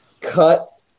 cut